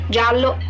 Giallo